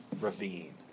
ravine